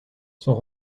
sont